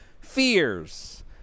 fears